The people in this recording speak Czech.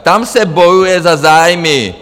Tam se bojuje za zájmy.